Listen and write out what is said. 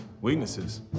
Weaknesses